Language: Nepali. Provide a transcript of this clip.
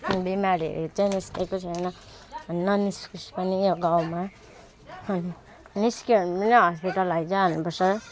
बिमारीहरू चाहिँ निस्केको छैन अनि ननिस्किओस् पनि गाउँमा अनि निस्क्यो भने पनि हस्पिटल लैजा भन्नुपर्छ